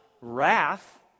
wrath